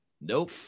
nope